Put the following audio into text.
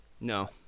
No